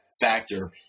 factor